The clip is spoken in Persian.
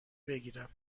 بگیرم